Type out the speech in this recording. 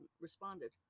responded